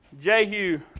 Jehu